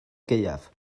gaeaf